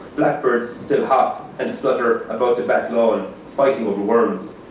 blackbirds still hop and flutter about the back lawn fighting over worms.